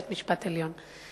בית-המשפט העליון.